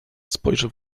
spojrzę